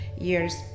years